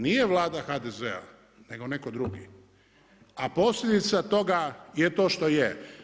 Nije Vlada HDZ-a nego netko drugi, a posljedica toga je to što je.